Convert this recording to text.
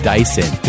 Dyson